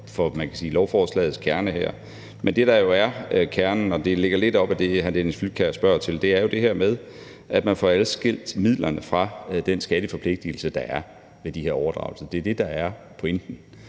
for lovforslagets kerne. Men det, der er kernen, og det ligger lidt op ad det, hr. Dennis Flydtkjær spørger til, er jo det her med, at man får adskilt midlerne fra den skatteforpligtigelse, der er ved de her overdragelser. Det er det, der er pointen,